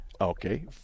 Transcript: Okay